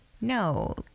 No